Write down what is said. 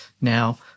Now